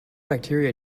bacteria